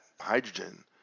hydrogen